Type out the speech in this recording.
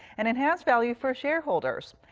and enhance value for shareholders.